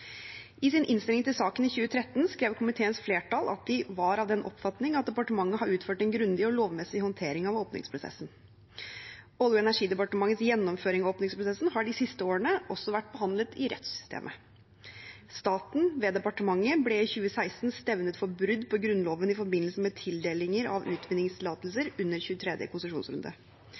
I sin innstilling til saken i 2013 skrev komiteens flertall at de var «av den oppfatning at departementet har utført en grundig og lovmessig håndtering av åpningsprosessen». Olje- og energidepartementets gjennomføring av åpningsprosessen har de siste årene også vært behandlet i rettssystemet. Staten ved departementet ble i 2016 stevnet for brudd på Grunnloven i forbindelse med tildelinger av utvinningstillatelser under 23. konsesjonsrunde.